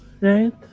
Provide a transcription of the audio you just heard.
right